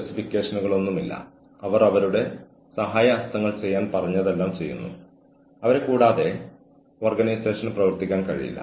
ക്ഷമിക്കണം എനിക്ക് ഇതുവരെ സാഹചര്യത്തെക്കുറിച്ച് അറിയില്ലായിരുന്നു എനിക്ക് നിങ്ങളെ സഹായിക്കാൻ കഴിഞ്ഞില്ല